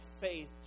faith